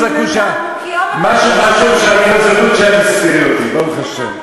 מה שחשוב, שאני לא זקוק שאת תספרי אותי, ברוך השם.